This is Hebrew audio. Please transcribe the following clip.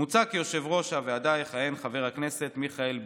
מוצע כי יושב-ראש הוועדה יהיה חבר הכנסת מיכאל ביטון.